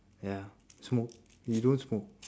ya smoke we don't smoke